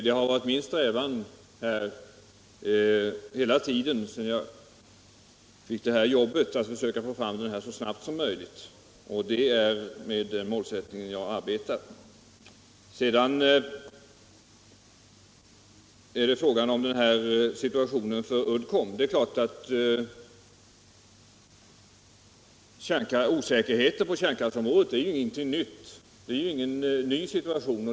Det har varit min strävan hela tiden sedan jag fick det här jobbet att försöka få fram den så snabbt som möjligt. Det är med den målsättningen jag har arbetat. Herr Lindström talade om situationen för Uddcomb. Osäkerheten på kärnkraftsområdet är ju inte någonting nytt.